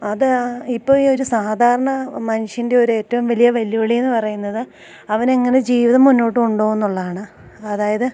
അത് ഇപ്പം ഈ ഒരു സാധാരണ മനുഷ്യൻ്റെ ഒരു ഏറ്റവും വലിയ വെല്ലുവിളിയെന്നു പറയുന്നത് അവനിങ്ങനെ ജീവിതം മുന്നോട്ട് കൊണ്ടു പൊകുന്നുള്ളതാണ് അതായത്